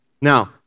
Now